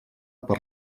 per